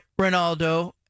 Ronaldo